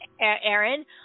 Aaron